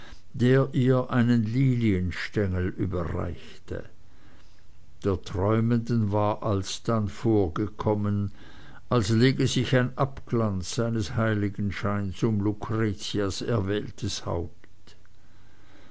der ihr einen lilienstengel überreichte der träumenden war alsdann vorgekommen als lege sich ein abglanz seines heiligenscheins um lucretias erwähltes haupt